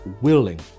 willing